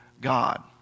God